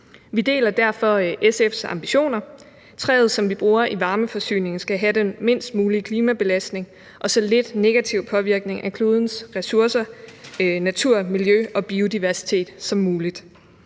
Vi deler derfor SF's ambitioner. Træet, som vi bruger i varmeforsyningen, skal have den mindst mulige klimabelastning og så lidt negativ påvirkning af klodens ressourcer, natur, miljø og biodiversitet som muligt.